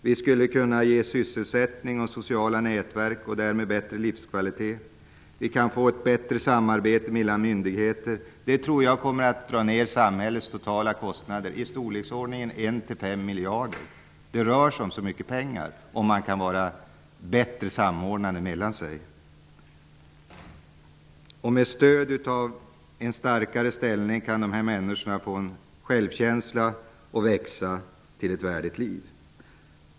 Vi skulle också kunna åstadkomma sysselsättning och sociala nätverk och därmed en bättre livskvalitet. Vi kan också få ett bättre samarbete mellan myndigheter. Det här tror jag kommer att minska samhällets totala kostnader med i storleksordningen 1--5 miljarder kronor. Så mycket pengar rör det sig om i fråga om besparingar genom en bättre samordning. Med stöd av en starkare ställning kan de här människorna få självkänsla, och de kan växa och få ett värdigt liv.